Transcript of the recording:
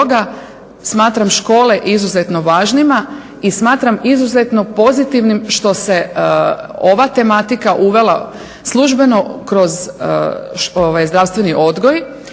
smatram škole izuzetno važnima i smatram izuzetno pozitivnim što se ova tematika uvela službeno kroz zdravstveni odgoj,